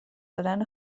دادن